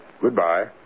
Goodbye